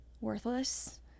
worthless